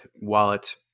wallet